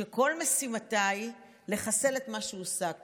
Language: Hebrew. שכל משימתה היא לחסל את מה שהושג כאן,